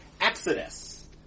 Exodus